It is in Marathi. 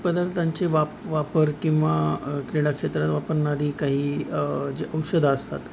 मादकपदार्थांचे वाप वापर किंवा क्रीडा क्षेत्रात वापरणारी काही जी औषधं असतात